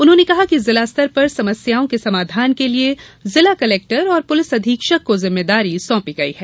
उन्होंने कहा कि जिलास्तर पर समस्याओं के समाधान के लिए जिला कलेक्टर और पुलिस अधीक्षक को जिम्मेदारी सौपी गई है